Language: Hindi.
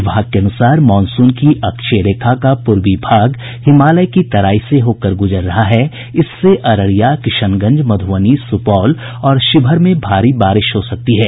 विभाग के अनुसार मॉनसून की अक्षीय रेखा का पूर्वी भाग हिमालय की तराई से होकर गुजर रहा है इससे अररिया किशनगंज मधुबनी सुपौल और शिवहर में भारी बारिश हो सकती है